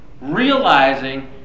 Realizing